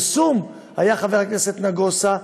חבר הכנסת נגוסה,